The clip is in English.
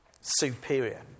superior